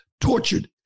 tortured